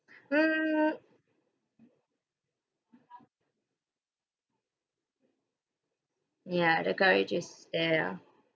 mm ya the courage is there ah